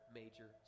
major